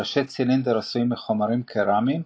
ראשי צילינדר עשויים מחומרים קרמיים,